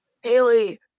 Haley